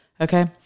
Okay